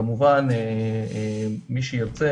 וכמובן מי שירצה,